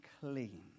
clean